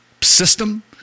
system